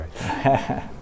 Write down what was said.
right